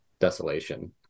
desolation